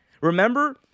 Remember